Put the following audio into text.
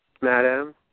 Madam